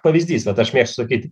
pavyzdys vat aš mėgstu sakyti